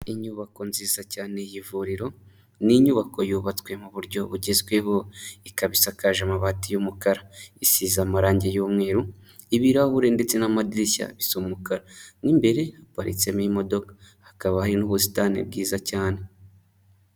Inyubako nziza cyane y'ivuriro, ni inyubako yubatswe mu buryo bugezweho, ikaba isakaje amabati y'umukara, isize amarangi y'umweru, ibirahuri ndetse n'amadirishya bisa umukara, mo imbere haparitsemo imodoka, hakaba hari n'ubusitani bwiza cyane.